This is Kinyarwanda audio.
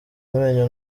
amenyo